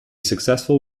successful